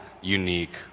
unique